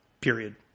period